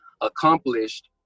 accomplished